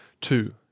two